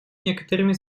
некоторыми